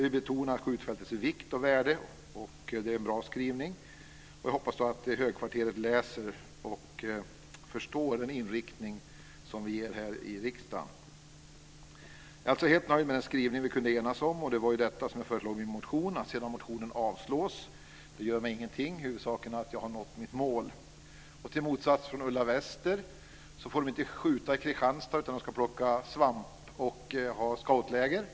Vi betonar där skjutfältets vikt och värde, och det är en bra skrivning. Jag hoppas att högkvarteret läser och förstår den inriktning som vi anger här i riksdagen. Jag är alltså helt nöjd med den skrivning som vi kunde enas om, och det var ju detta som jag föreslog i min motion. Att sedan motionen avslås gör mig ingenting. Huvudsaken är att jag har nått mitt mål. Enligt Ulla Wester får de inte skjuta på skjutfältet i Kristianstad, utan de ska plocka svamp och ha scoutläger där.